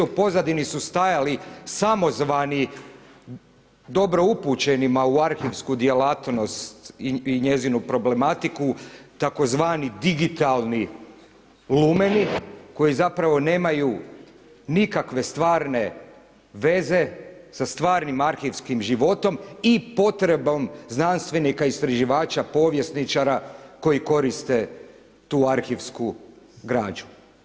U pozadini su stajali samozvani dobro upućenima u arhivsku djelatnost i njezinu problematiku tzv. digitalni lumeni, koji zapravo nemaju nikakve stvarne veze sa stvarnim arhivskim životom i potrebom znanstvenika istraživača, povjesničara koji koriste tu arhivsku građu.